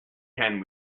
can